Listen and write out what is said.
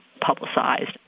publicized